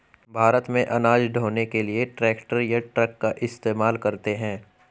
भारत में अनाज ढ़ोने के लिए ट्रैक्टर या ट्रक का इस्तेमाल करते हैं